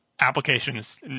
applications